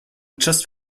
just